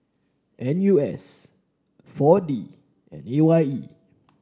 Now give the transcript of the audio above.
N U S four D and A Y E